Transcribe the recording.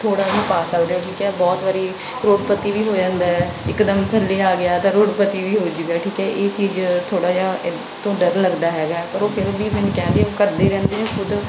ਥੋੜ੍ਹਾ ਵੀ ਪਾ ਸਕਦੇ ਹੋ ਠੀਕ ਹੈ ਬਹੁਤ ਵਾਰ ਕਰੋੜਪਤੀ ਵੀ ਹੋ ਜਾਂਦਾ ਹੈ ਇਕਦਮ ਥੱਲੇ ਆ ਗਿਆ ਤਾਂ ਰੋਡਪਤੀ ਵੀ ਹੋ ਜਾਈਦਾ ਠੀਕ ਹੈ ਇਹ ਚੀਜ਼ ਥੋੜ੍ਹਾ ਜਿਹਾ ਇਹ ਤੋਂ ਡਰ ਲੱਗਦਾ ਹੈਗਾ ਪਰ ਉਹ ਫਿਰ ਵੀ ਮੈਨੂੰ ਕਹਿ ਗਏ ਉਹ ਕਰਦੇ ਰਹਿੰਦੇ ਆ ਖੁਦ